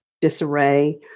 disarray